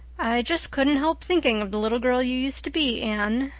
i just couldn't help thinking of the little girl you used to be, anne.